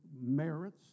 merits